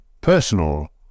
personal